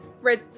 red